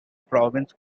province